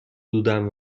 بودم